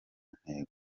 ntego